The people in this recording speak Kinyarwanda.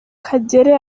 kagere